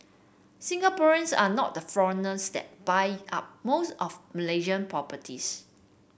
Singaporeans are not the foreigners that buy up most of Malaysia properties